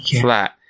Flat